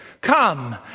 Come